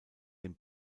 dem